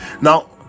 now